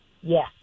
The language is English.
Yes